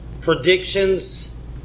predictions